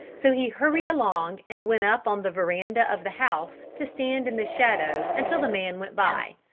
so he hurried along and went up on the veranda of the house to stand in the shadow until the man went by,